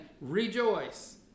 rejoice